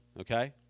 okay